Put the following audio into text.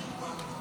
עובד?